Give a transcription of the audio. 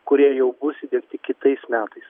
kurie jau bus įdiegti kitais metais